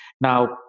Now